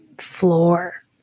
floor